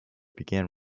began